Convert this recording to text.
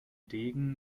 degen